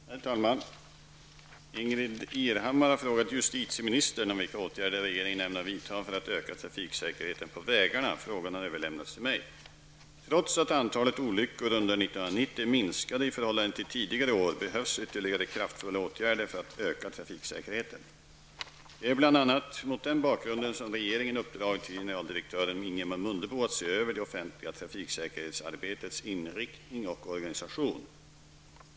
Herr talman! Ingbritt Irhammar har frågat justitieministern vilka åtgärder regeringen ämnar vidta för att öka trafiksäkerheten på vägarna. Frågan har överlämnats till mig. Trots att antalet olyckor under 1990 minskade i förhållande till tidigare år behövs ytterligare kraftfulla åtgärder för att öka trafiksäkerheten. Det är bl.a. mot den bakgrunden som regeringen uppdragit till generaldirektören Ingemar Mundebo att se över det offentliga trafiksäkerhetsarbetets inriktning och organisation.